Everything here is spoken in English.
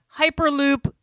Hyperloop